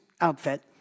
outfit